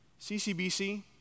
CCBC